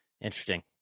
Interesting